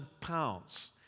pounds